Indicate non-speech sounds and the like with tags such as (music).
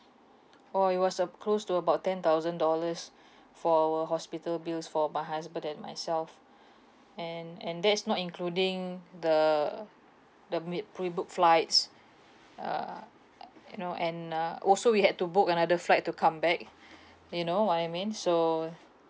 oh it was a close to about ten thousand dollars (breath) for our hospital bills for my husband and myself and and that is not including the the made prebooked flights uh (noise) you know and uh also we had to book another flight to come back (breath) you know what I mean so